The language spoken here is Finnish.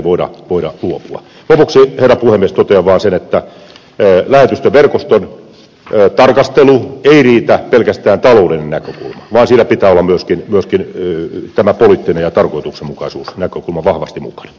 lopuksi herra puhemies totean vain sen että lähetystöverkoston tarkastelussa ei riitä pelkästään taloudellinen näkökulma vaan siinä pitää olla myöskin poliittinen ja tarkoituksenmukaisuusnäkökulma vahvasti mukana